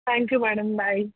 thank you madam bye